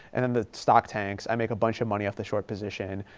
and then the stock tanks, i make a bunch of money off the short position.